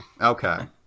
Okay